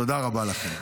תודה רבה לכם.